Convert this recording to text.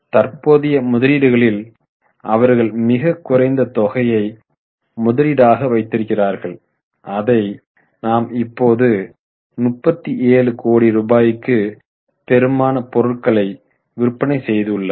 தற்போதைய முதலீடுகளில் அவர்கள் மிகக் குறைந்த தொகையை முதலீடாக வைத்திருந்தார்கள் அதை நாம் இப்போது 37 கோடி ரூபாய்க்கு பெறுமான பொருட்களை விற்பனை செய்துள்ளோம்